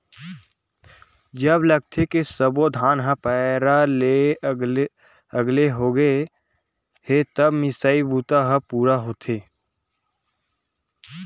जब लागथे के सब्बो धान ह पैरा ले अलगे होगे हे तब मिसई बूता ह पूरा होथे